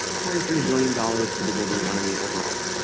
twenty three billion dollars to the global economy overall.